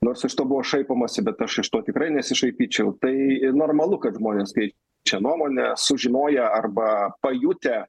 nors iš to buvo šaipomasi bet aš iš to tikrai nesišaipyčiau tai normalu kad žmonės keičia nuomonę sužinoję arba pajutę